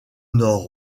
nord